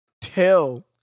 tell